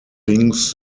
things